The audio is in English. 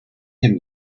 him